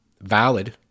valid